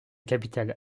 capitale